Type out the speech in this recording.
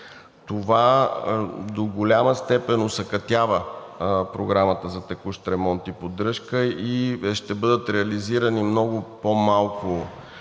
Това до голяма степен осакатява програмата за текущ ремонт и поддръжка и застрашава да бъдат реализирани много по-малко